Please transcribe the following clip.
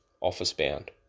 office-bound